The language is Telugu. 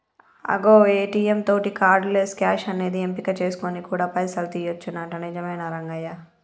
అగో ఏ.టీ.యం తోటి కార్డు లెస్ క్యాష్ అనేది ఎంపిక చేసుకొని కూడా పైసలు తీయొచ్చునంట నిజమేనా రంగయ్య